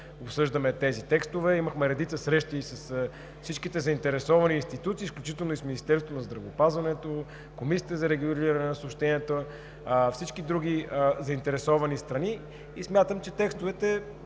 обсъждаме тези текстове. Имахме редица срещи и с всичките заинтересовани институции, включително и с Министерството на здравеопазването, Комисията за регулиране на съобщенията, всички други заинтересовани страни и смятам, че текстовете